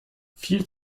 viel